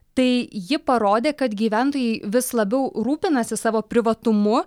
tai ji parodė kad gyventojai vis labiau rūpinasi savo privatumu